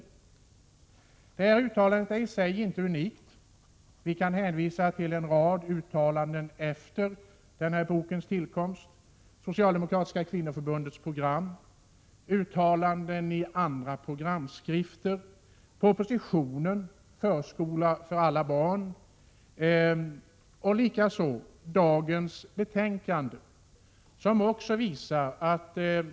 Detta uttalande är i sig inte unikt. Det går att hänvisa till en rad uttalanden som har gjorts sedan denna boks tillkomst, såsom Socialdemokratiska kvinnoförbundets program, uttalanden i andra programskrifter, propositionen Förskola för alla barn och likaså dagens betänkande.